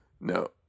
no